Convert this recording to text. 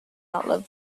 outlive